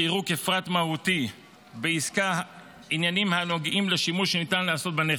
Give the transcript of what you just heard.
כי יראו כפרט מהותי בעסקה עניינים הנוגעים לשימוש שניתן לעשות בנכס,